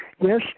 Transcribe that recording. Yes